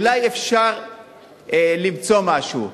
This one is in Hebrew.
אולי אפשר למצוא משהו.